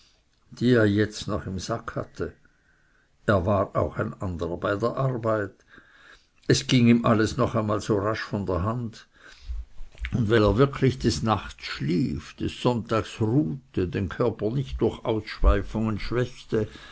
die er jetzt noch im sack hatte er war auch ein anderer bei der arbeit es ging ihm alles noch einmal so rasch von der hand und weil er wirklich des nachts schlief des sonntags ruhte den körper nicht durch ausschweifungen schwächte